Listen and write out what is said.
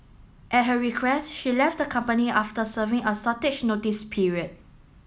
at her request she left the company after serving a shortage notice period